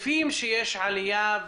צריך להבין שנעשו פעולות רבות בהקשר הזה,